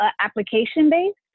application-based